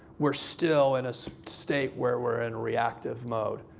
we're still in a state where we're in reactive mode.